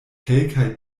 kelkaj